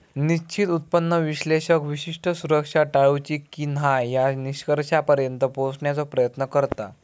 निश्चित उत्पन्न विश्लेषक विशिष्ट सुरक्षा टाळूची की न्हाय या निष्कर्षापर्यंत पोहोचण्याचो प्रयत्न करता